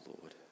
Lord